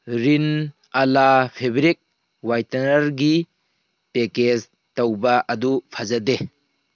ꯔꯤꯟ ꯑꯂꯥ ꯐꯦꯕ꯭ꯔꯤꯛ ꯋꯥꯏꯇꯅꯔꯒꯤ ꯄꯦꯀꯦꯖ ꯇꯧꯕ ꯑꯗꯨ ꯐꯖꯗꯦ